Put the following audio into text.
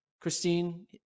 Christine